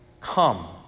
Come